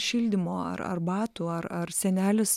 šildymo ar ar batų ar ar senelis